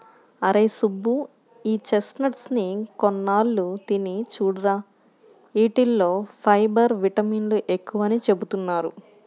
అరేయ్ సుబ్బు, ఈ చెస్ట్నట్స్ ని కొన్నాళ్ళు తిని చూడురా, యీటిల్లో ఫైబర్, విటమిన్లు ఎక్కువని చెబుతున్నారు